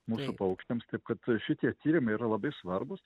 mūsų paukščiams taip kad šitie tyrimai yra labai svarbūs